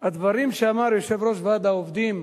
שהדברים שאמר יושב-ראש ועד העובדים